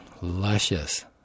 luscious